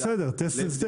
טסט.